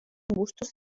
bustos